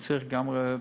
וזה מצריך גם פסיכולוגים,